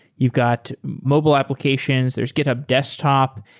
you've got mobile applications. there's github desktop,